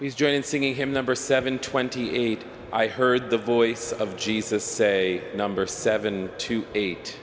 he's joining singing him number seven twenty eight i heard the voice of jesus say number seven to eight